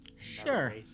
Sure